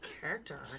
character